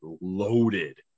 loaded